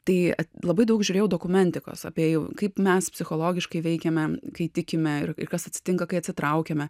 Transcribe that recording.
tai labai daug žiūrėjau dokumentikos apie jau kaip mes psichologiškai veikiame kai tikime ir kas atsitinka kai atsitraukiame